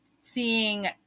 seeing